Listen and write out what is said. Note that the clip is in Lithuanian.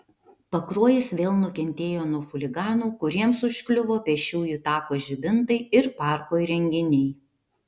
pakruojis vėl nukentėjo nuo chuliganų kuriems užkliuvo pėsčiųjų tako žibintai ir parko įrenginiai